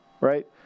right